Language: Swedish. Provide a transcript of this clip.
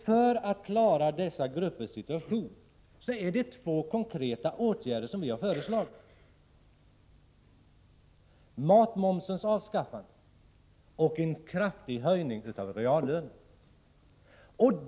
För att klara dessa gruppers situation har vi föreslagit två konkreta åtgärder: matmomsens avskaffande och en kraftig höjning av reallönerna.